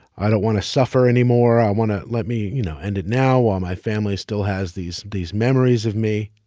i don't want to suffer anymore. i want to let me, you know, end it now while my family still has these these memories of me.